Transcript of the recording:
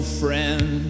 friend